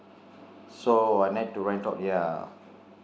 so I meant to rent out yeah